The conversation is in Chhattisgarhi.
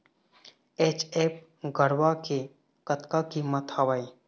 एच.एफ गरवा के कतका कीमत हवए?